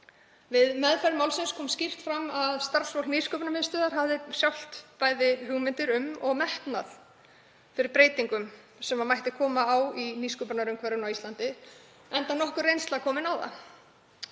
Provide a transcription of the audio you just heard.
Við meðferð málsins kom skýrt fram að starfsfólk Nýsköpunarmiðstöðvar hefði sjálft bæði hugmyndir um og metnað fyrir breytingum sem mætti koma á í nýsköpunarumhverfinu á Íslandi enda nokkur reynsla komin á það.